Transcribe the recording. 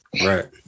right